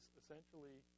essentially